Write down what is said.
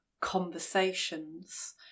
conversations